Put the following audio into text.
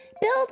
Build